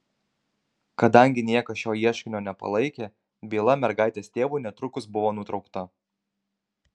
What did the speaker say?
kadangi niekas šio ieškinio nepalaikė byla mergaitės tėvui netrukus buvo nutraukta